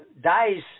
dies